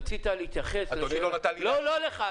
רצית להתייחס --- אדוני לא נתן לי --- לא לך,